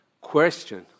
question